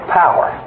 power